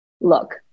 look